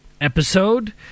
episode